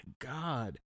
God